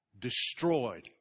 destroyed